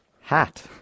hat